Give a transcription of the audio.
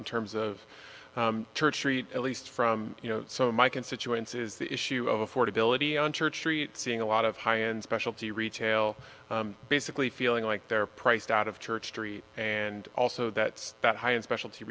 in terms of church street at least from some of my constituents is the issue of affordability on church street seeing a lot of high end specialty retail basically feeling like they're priced out of church street and also that's that high end specialty